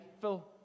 Phil